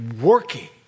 working